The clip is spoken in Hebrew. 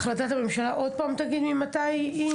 החלטת הממשלה עוד פעם תגיד ממתי היא?